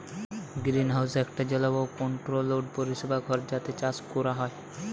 greenhouse একটা জলবায়ু controlled পরিবেশ ঘর যাতে চাষ কোরা হয়